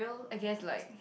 I guess like